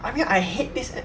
I mean I hate this